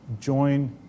Join